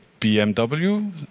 BMW